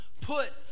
put